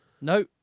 No